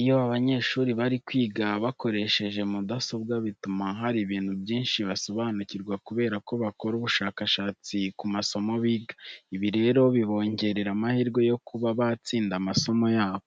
Iyo abanyeshuri bari kwiga bakoresheje mudasobwa bituma hari ibintu byinshi basobanukirwa kubera ko bakora ubushakashatsi ku masomo biga. Ibi rero bibongerera amahirwe yo kuba batsinda amasomo yabo.